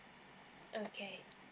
okay